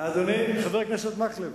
חבר הכנסת מקלב,